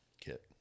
Kit